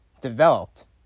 developed